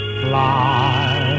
fly